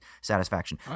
satisfaction